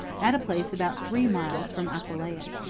at a place about three miles from aquileia.